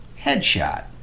Headshot